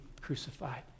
crucified